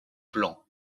plans